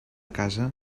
casa